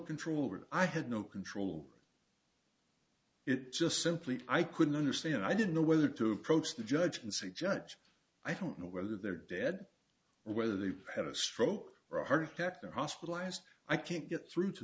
control over i had no control it just simply i couldn't understand i didn't know whether to approach the judge and suggest i don't know whether they're dead or whether they've had a stroke or a heart attack they're hospitalized i can't get through to